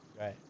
Right